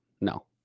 no